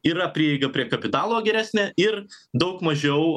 yra prieiga prie kapitalo geresnė ir daug mažiau